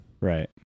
Right